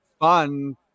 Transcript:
fun